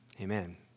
Amen